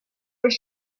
were